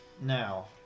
Now